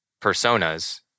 personas